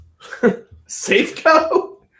Safeco